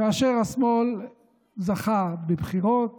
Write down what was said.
כאשר השמאל זכה בבחירות